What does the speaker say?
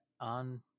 on